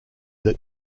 that